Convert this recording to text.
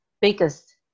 biggest